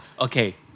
Okay